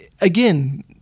again